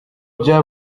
bya